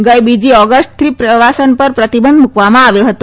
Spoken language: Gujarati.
ગઇ બીજી ઓગષ્ટથી પ્રવાસન પર પ્રતિબંધ મૂકવામાં આવ્યો હતો